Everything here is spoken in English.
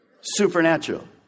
Supernatural